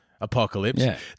apocalypse